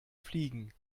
fliegen